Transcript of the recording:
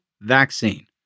vaccine